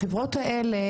החברות האלה,